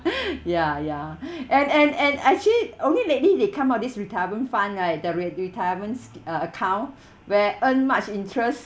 ya ya and and and actually only lately they come out this retirement fund right the re~ retirement sche~ uh account where earn much interest